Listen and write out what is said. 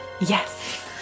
Yes